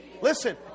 Listen